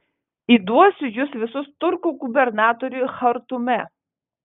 įduosiu jus visus turkų gubernatoriui chartume